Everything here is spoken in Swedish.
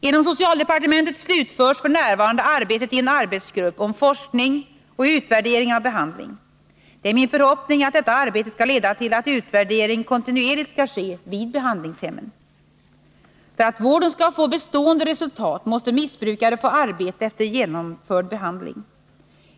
Inom socialdepartementet slutförs f.n. arbetet i en arbetsgrupp för forskning och utvärdering av behandling. Det är min förhoppning att detta arbete skall leda till att utvärdering kontinuerligt skall ske vid behandlingshemmen. För att vården skall få bestående resultat måste missbrukare få arbete efter genomförd behandling.